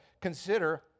consider